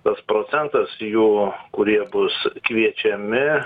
tas procentas jų kurie bus kviečiami